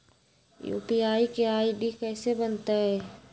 UPI के ID कैसे बनतई?